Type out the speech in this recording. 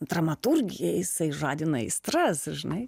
dramaturgiją jisai žadina aistras žinai